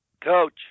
coach